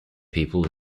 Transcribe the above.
people